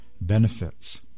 benefits